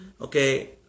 okay